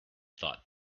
thought